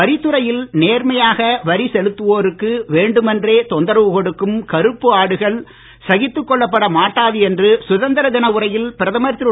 வரித்துறையில் நேர்மையாக வரி செலுத்துவோருக்கு வேண்டுமென்றே தொந்தரவு கொடுக்கும் கறுப்பு ஆடுகள் சகித்துக் கொள்ளப்பட மாட்டாது என்று சுதந்திர தின உரையில் பிரதமர் திரு